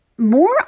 more